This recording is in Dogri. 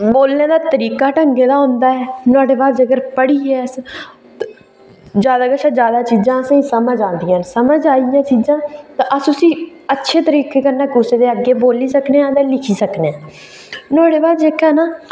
बोलने दा तरीका ढंगे दा होंदा ऐ नुआढ़े बाद जेकर पढ़ी गे अस ते जैदा कशा जैदा चीजां असें गी समझ औंदियां न समझ आई गेइयां चीजां ते अस उसी अच्छे तरीके कन्नै कुसै दे अग्गें बोल्ली सकने आं ते लिखी सकने आं नुआढ़े बाद जेहका ऐ ना